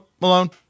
Malone